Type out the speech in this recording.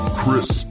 chris